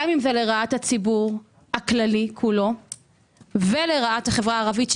גם אם זה לרעת הציבור הכללי כולו ולרעת החברה הערבית,